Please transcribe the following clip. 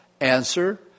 Answer